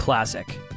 Classic